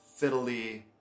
fiddly